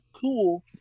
cool